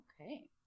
okay